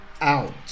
out